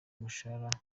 umushahara